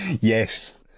Yes